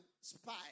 spy